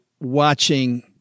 watching